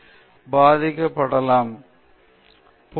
எனவே அதை தவிர்க்க மிகவும் கவனமாக முயற்சி செய்ய வேண்டும்